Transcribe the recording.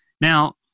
Now